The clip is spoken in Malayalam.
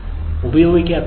ഉപയോഗിക്കാത്ത നോഡ്